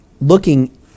looking